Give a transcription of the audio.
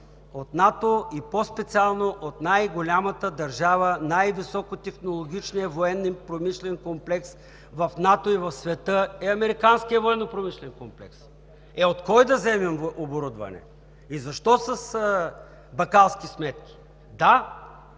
от НАТО и по-специално от най-голямата държава – най-високотехнологичният военен промишлен комплекс в НАТО и в света е американският военнопромишлен комплекс? Е, от кого да вземем оборудване? И защо с бакалски сметки? Да,